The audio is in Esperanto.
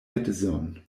edzon